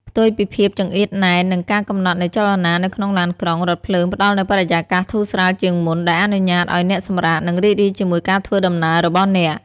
ផ្ទុយពីភាពចង្អៀតណែន និងការកំណត់នៃចលនានៅក្នុងឡានក្រុង រថភ្លើងផ្ដល់នូវបរិយាកាសធូរស្រាលជាងមុន ដែលអនុញ្ញាតឱ្យអ្នកសម្រាក និងរីករាយជាមួយការធ្វើដំណើររបស់អ្នក។